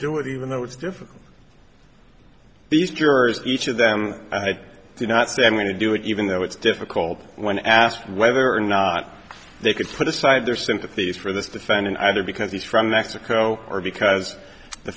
do it even though it's difficult these jurors each of them i thought did not say i'm going to do it even though it's difficult when asked whether or not they can put aside their sympathies for this defendant either because he's from mexico or because the